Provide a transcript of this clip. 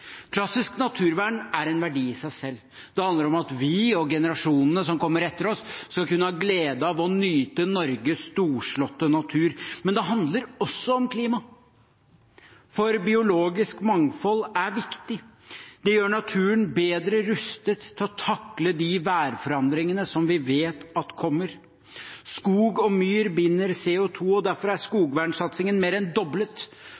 Klassisk naturvern er en verdi i seg selv. Det handler om at vi og generasjonene som kommer etter oss, skal kunne ha glede av å nyte Norges storslåtte natur. Men det handler også om klima. For biologisk mangfold er viktig. Det gjør naturen bedre rustet til å takle de værforandringene som vi vet kommer. Skog og myr binder CO 2 , derfor er skogvernsatsingen mer enn doblet.